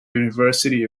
university